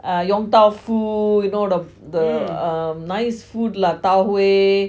uh yong tau foo you know the uh nice food lah tau huay